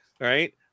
right